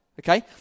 Okay